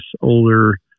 older